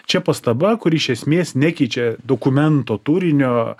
čia pastaba kuri iš esmės nekeičia dokumento turinio